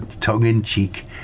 tongue-in-cheek